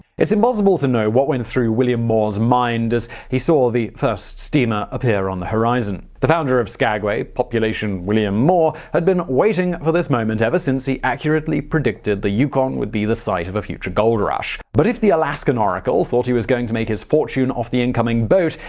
it's impossible to know what went through william moore's mind as he saw the first steamer appear on the horizon. the founder of skagway population william moore had been waiting for this moment ever since he accurately predicted the yukon would be the site of a future gold rush. but if the alaskan oracle thought he was going to make his fortune off the incoming boat,